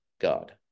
God